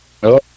Hello